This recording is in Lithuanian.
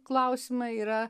klausimai yra